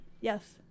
yes